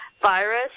virus